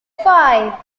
five